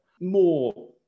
More